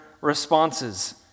responses